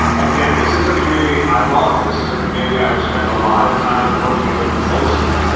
again, this is a community i love. this is a community i have spent a lot of time working with closely.